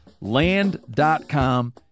Land.com